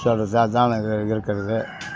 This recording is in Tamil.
சொல்லுறது அதான் இருக்கிறது